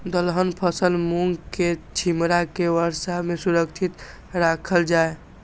दलहन फसल मूँग के छिमरा के वर्षा में सुरक्षित राखल जाय?